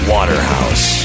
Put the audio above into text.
Waterhouse